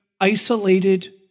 isolated